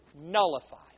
nullified